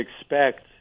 expect